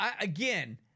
again